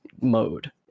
mode